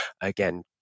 Again